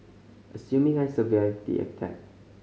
assuming I survived the attack